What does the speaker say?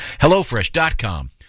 Hellofresh.com